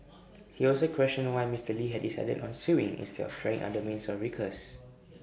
he also questioned why Mister lee had decided on suing instead of trying other means of recourse